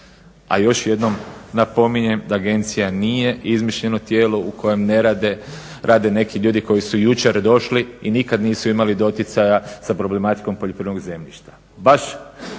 a još jednom napominjem da agencija nije izmišljeno tijelo u kojem ne rade, rade neki ljudi koji su jučer došli i nikad nisu imali doticaja sa problematikom poljoprivrednog zemljišta.